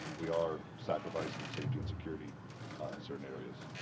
we are sacrificing safety and security in certain areas.